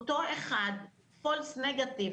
false negative,